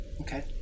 Okay